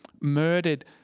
murdered